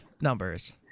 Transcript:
numbers